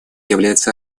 является